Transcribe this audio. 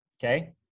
Okay